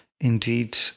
indeed